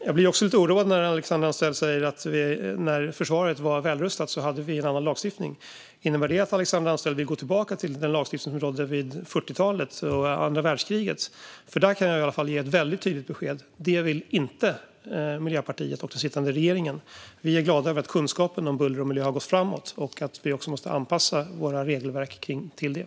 Jag blir också lite oroad när Alexandra Anstrell säger att när försvaret var välrustat hade vi en annan lagstiftning. Innebär det att Alexandra Anstrell vill gå tillbaka den lagstiftning som rådde på 40-talet och under andra världskriget? Där kan jag ge ett väldigt tydligt besked: Det vill inte Miljöpartiet och den nuvarande regeringen. Vi är glada över att kunskapen om buller och miljö har gått framåt, och vi måste också anpassa våra regelverk kring det.